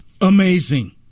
amazing